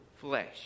flesh